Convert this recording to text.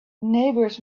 neighbors